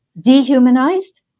dehumanized